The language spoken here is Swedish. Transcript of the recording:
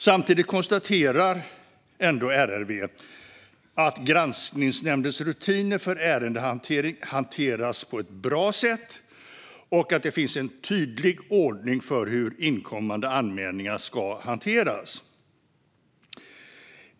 Samtidigt konstaterar ändå RRV att granskningsnämndens rutiner för ärendehantering hanteras på ett bra sätt och att det finns en tydlig ordning för hur inkommande anmälningar ska hanteras.